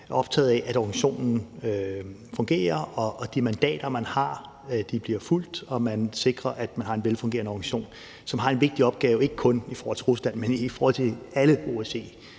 optagede af, at organisationen fungerer, og at de mandater, man har, bliver fulgt, og at man sikrer, at man har en velfungerende organisation, som har en vigtig opgave, ikke kun i forhold til Rusland, men i forhold til alle